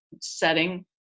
setting